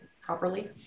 properly